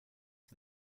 for